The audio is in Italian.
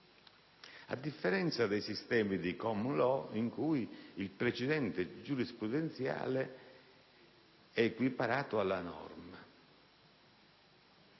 a differenza dei sistemi di *common low* in cui il precedente giurisprudenziale viene equiparato alla norma.